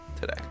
today